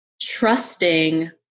trusting